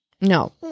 No